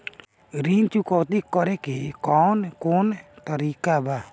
ऋण चुकौती करेके कौन कोन तरीका बा?